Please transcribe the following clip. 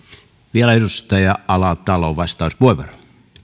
vielä edustaja alatalo vastauspuheenvuoro